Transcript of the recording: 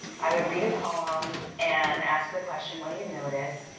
i would read a poem, and ask the question, what do you notice?